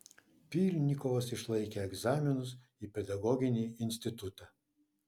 pylnikovas išlaikė egzaminus į pedagoginį institutą